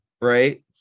right